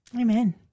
amen